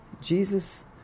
Jesus